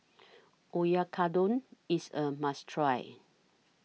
Oyakodon IS A must Try